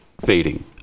fading